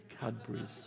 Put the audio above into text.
Cadbury's